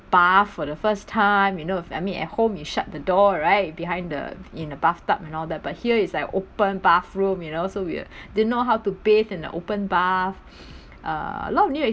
bath for the first time you know if I mean at home you shut the door right behind the in the bathtub and all that but here it's like open bathroom you know so we didn't know how to bathe in the open bath uh a lot of new